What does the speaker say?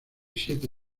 siete